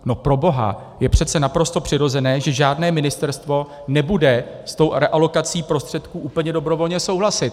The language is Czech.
No proboha, je přece naprosto přirozené, že žádné ministerstvo nebude s tou realokací prostředků úplně dobrovolně souhlasit.